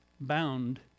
bound